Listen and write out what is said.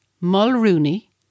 Mulrooney